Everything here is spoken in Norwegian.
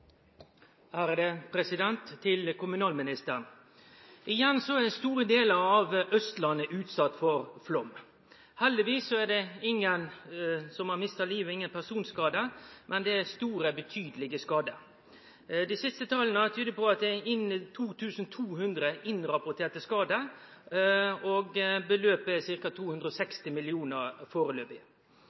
Gjermund Hagesæter. Til kommunalministeren: Igjen er store delar av Austlandet utsette for flaum. Heldigvis er det ingen som har mista livet, ingen personskadar, men det er store, betydelege skadar. Dei siste tala tyder på at det er 2 200 innrapporterte skadar, og beløpet er ca. 260 mill. kr foreløpig.